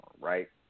right